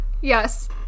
Yes